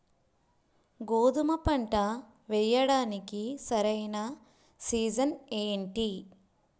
గోధుమపంట వేయడానికి సరైన సీజన్ ఏంటి?